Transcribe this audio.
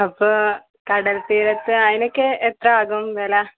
അപ്പോൾ കടൽ തീരത്ത് അതിനൊക്കെ എത്രയാകും വില